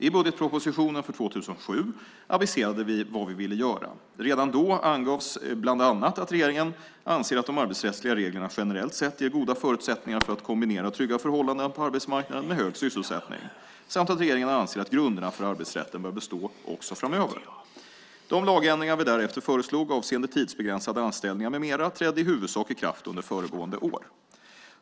I budgetpropositionen för 2007 aviserade vi vad vi ville göra. Redan då angavs bland annat att regeringen anser att de arbetsrättsliga reglerna generellt sett ger goda förutsättningar för att kombinera trygga förhållanden på arbetsmarknaden med en hög sysselsättning samt att regeringen anser att grunderna för arbetsrätten bör bestå också framöver. De lagändringar vi därefter föreslog avseende tidsbegränsade anställningar med mera trädde i huvudsak i kraft under föregående år.